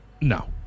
No